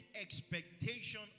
expectation